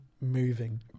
Moving